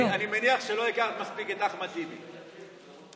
אני מניח שלא הכרת מספיק את אחמד טיבי, כנראה.